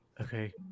Okay